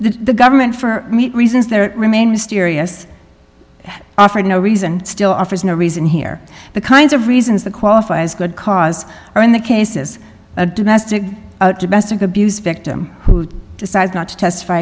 the government for meat reasons there remain mysterious offered no reason still offers no reason here the kinds of reasons that qualify as good cause or in the cases a domestic domestic abuse victim who decides not to testify